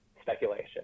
speculation